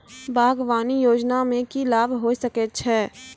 बागवानी योजना मे की लाभ होय सके छै?